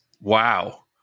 Wow